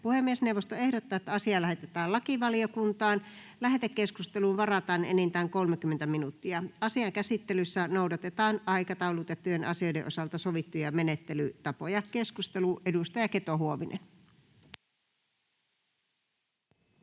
Puhemiesneuvosto ehdottaa, että asia lähetetään lakivaliokuntaan. Lähetekeskusteluun varataan enintään 30 minuuttia. Asian käsittelyssä noudatetaan aikataulutettujen asioiden osalta ennalta sovittuja menettelytapoja. — Lakialoitteen ensimmäinen